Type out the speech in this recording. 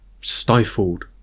stifled